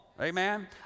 Amen